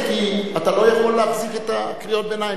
אתה לא יכול להחזיק את קריאות הביניים.